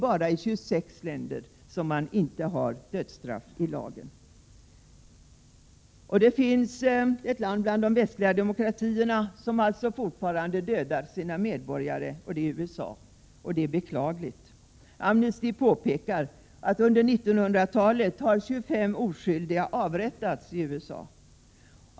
Bara i ca 26 länder har man inget dödsstraff i lagen. Det finns ett land bland de västliga demokratierna som fortfarande dödar sina medborgare. Det är USA, och det är beklagligt. Amnesty påpekar att under 1900-talet har 25 oskyldiga avrättats i USA.